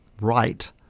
right